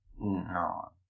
No